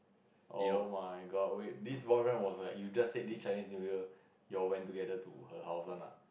oh my god wait this boyfriend was like you just said this Chinese New Year you went together to her house one lah